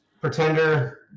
Pretender